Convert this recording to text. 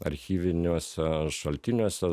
archyviniuose šaltiniuose